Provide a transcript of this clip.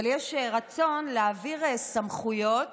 אבל יש רצון להעביר סמכויות